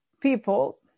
people